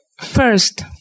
first